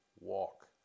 walk